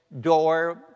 door